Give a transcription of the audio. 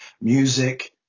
music